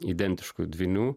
identiškų dvynių